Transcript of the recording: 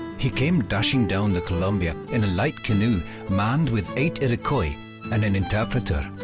he came dashing down the columbia in a light canoe manned with eight iroquois and an interpreter.